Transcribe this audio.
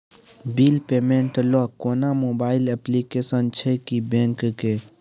Bill payment ल कोनो mobile application छै की बैंक के?